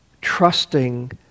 trusting